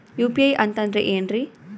UPI ಅಂತಂದ್ರೆ ಏನ್ರೀ?